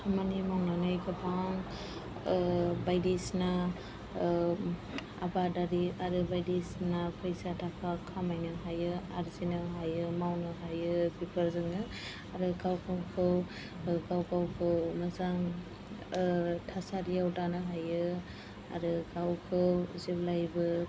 खामानि मावनानै गोबां बायदिसिना आबादारि आरो बायदिसिना फैसा थाखा खामायनो हायो आरजिनो हायो मावनो हायो बेफोरजोंनो आरो गाव गावखौ गाव गावखौ मोजां थासारियाव दानो हायो आरो गावखौ जेब्लायबो